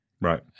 Right